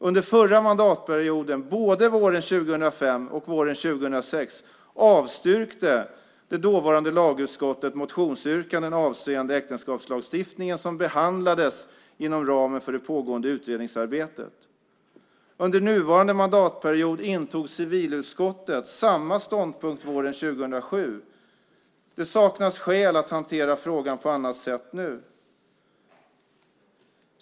Under förra mandatperioden, både våren 2005 och våren 2006, avstyrkte det dåvarande lagutskottet motionsyrkanden avseende äktenskapslagstiftningen, som behandlades inom ramen för det pågående utredningsarbetet. Under nuvarande mandatperiod intog civilutskottet samma ståndpunkt våren 2007. Det saknas skäl att nu hantera frågan på annat sätt.